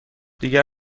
دیگر